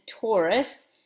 Taurus